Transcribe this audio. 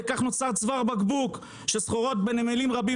בכך נוצר צוואר בקבוק שסחורות בנמלים רבים